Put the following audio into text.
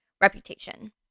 reputation